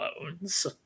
bones